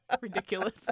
Ridiculous